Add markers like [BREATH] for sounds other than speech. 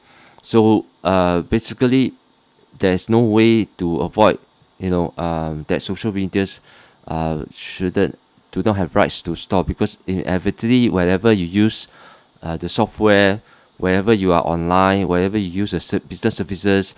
[BREATH] so uh basically there is no way to avoid you know um that social media [BREATH] uh shouldn't do not have rights to store because inevitably whatever you use [BREATH] the software whenever you are online whatever you use as ser~ business services